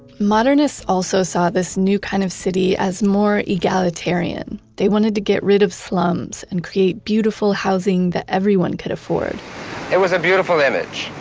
modernists also saw this new kind of city as more egalitarian. they wanted to get rid of slums and create beautiful housing that everyone could afford it was a beautiful image,